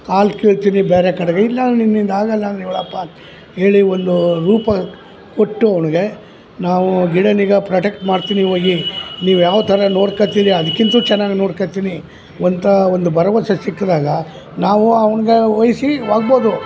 ಕಾಲು ಕೀಳ್ತಿನಿ ಬೇರೆ ಕಡೆಗೆ ಇಲ್ಲ ನಿನ್ನಿಂದ ಆಗೋಲ್ಲಾಂದ್ರೆ ಹೇಳೊಪ್ಪ ಹೇಳಿ ಒಂದು ರೂಪ ಕೊಟ್ಟು ಅವ್ನಿಗೆ ನಾವು ಗಿಡ ಈಗ ಪ್ರೊಟೆಕ್ಟ್ ಮಾಡ್ತಿನಿ ಹೋಗಿ ನೀವು ಯಾವ್ತರ ನೋಡ್ಕೋತಿರಿ ಅದ್ಕಿಂತಲು ಚೆನ್ನಾಗ್ ನೋಡ್ಕೋತಿನಿ ಒಂತಾ ಒಂದು ಭರವಸೆ ಸಿಕ್ದಾಗ ನಾವು ಅವ್ನಿಗೆ ವಹಿಸಿ ಹೋಗ್ಬೌದು